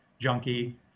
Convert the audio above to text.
junkie